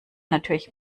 natürlich